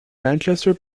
manchester